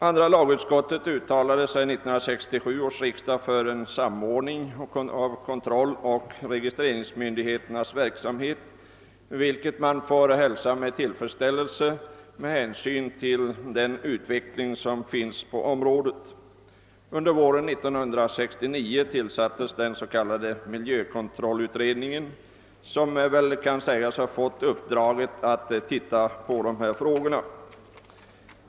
Andra lagutskottet uttalade sig vid 1967 års riksdag för en samordning av kontrolloch registreringsmyndigheternas verksamhet, vilket man får hälsa med tillfredsställelse med hänsyn till den utveckling som äger rum på detta område. Under våren 1969 tillsattes den s.k. miljökontrollutredningen, som kan anses ha fått uppdraget att studera dessa frågor.